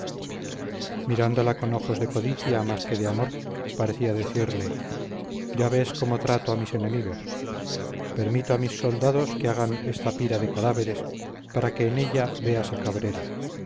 mirándola con ojos de codicia más que de amor parecía decirle ya ves cómo trato a mis enemigos permito a mis soldados que hagan esta pira de cadáveres para que en ella veas a cabrera